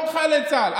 כל חיילי צה"ל,